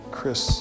Chris